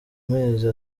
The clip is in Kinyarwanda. mezi